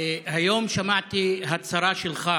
היום שמעתי הצהרה שלך